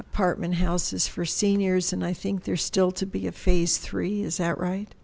apartment houses for seniors and i think there's still to be a phase three is that right